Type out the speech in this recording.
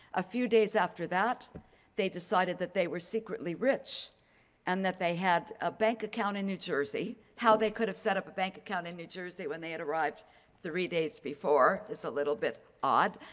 a few days after that they decided that they were secretly rich and that they had a bank account in new jersey. how they could have set up a bank account in new jersey when they had arrived three days before is a little bit odd,